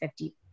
50%